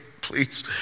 Please